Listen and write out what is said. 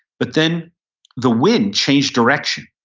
but then the wind changed direction,